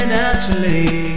naturally